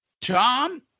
Tom